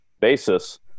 basis